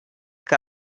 que